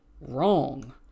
wrong